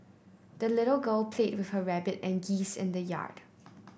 the little girl played with her rabbit and geese in the yard